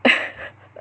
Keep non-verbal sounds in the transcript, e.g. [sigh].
[laughs]